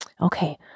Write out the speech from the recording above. Okay